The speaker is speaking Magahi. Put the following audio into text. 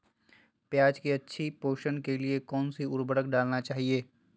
प्याज की अच्छी पोषण के लिए कौन सी उर्वरक डालना चाइए?